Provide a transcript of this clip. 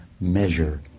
measure